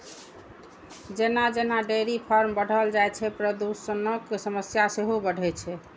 जेना जेना dairy farm बढ़ल जाइ छै, प्रदूषणक समस्या सेहो बढ़ै छै